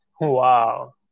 Wow